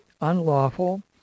unlawful